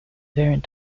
variant